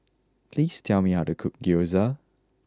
please tell me how to cook Gyoza